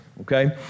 okay